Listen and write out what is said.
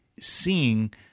seeing